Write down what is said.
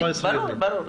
ברור.